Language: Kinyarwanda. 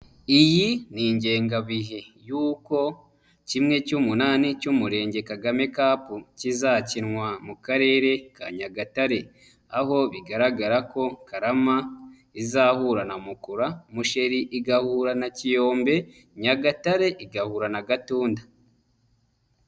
Iyi ni ingengabihe y'uko kimwe cy'umunani cy'Umurenge Kagame Cup kizakinwa mu Karere ka Nyagatare. Aho bigaragara ko Karama izahura na Mukura, Musheri igahura na Kiyombe, Nyagatare igahura na Gatunda.